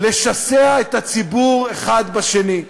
לשסות את הציבור, אחד בשני.